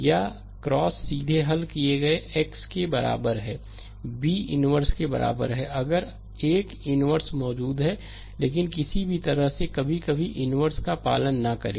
या X सीधे हल किए गए एक्स के बराबर है B इन्वर्स के बराबर है अगर एक इन्वर्स मौजूद है लेकिन किसी भी तरह से कभी कभी एक इन्वर्स का पालन न करें